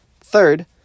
Third